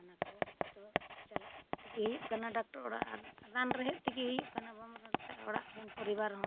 ᱚᱱᱟ ᱠᱚ ᱛᱚ ᱪᱟᱞᱟᱜ ᱛᱮᱜᱮ ᱦᱩᱭᱩᱜ ᱠᱟᱱᱟ ᱰᱟᱠᱴᱚᱨ ᱚᱲᱟᱜ ᱟᱨ ᱨᱟᱱ ᱨᱮᱦᱮᱫ ᱛᱮᱜᱮ ᱦᱩᱭᱩᱜ ᱠᱟᱱᱟ ᱵᱟᱢ ᱚᱲᱟᱜ ᱨᱮᱱ ᱯᱚᱨᱤᱵᱟᱨ ᱦᱚᱸ